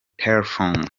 telephone